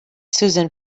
susan